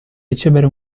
ricevere